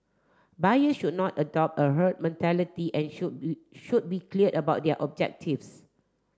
buyer should not adopt a herd mentality and should should be clear about their objectives